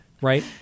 right